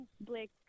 Blake